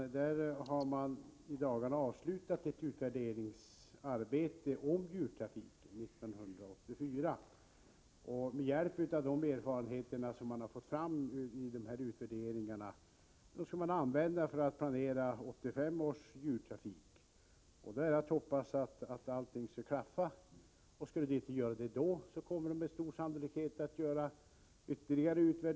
I dagarna har man avslutat ett utvärderingsarbete när det gäller jultrafiken 1984. De erfarenheter som vunnits därvidlag avser man att använda sig av vid planeringen av 1985 års jultrafik. Det är bara att hoppas att allting klaffar. Skulle det inte göra det, kommer man med stor sannolikhet att göra ytterligare utvärderingar.